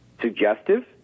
suggestive